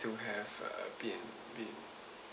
to have uh been been